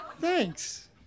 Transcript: Thanks